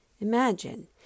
Imagine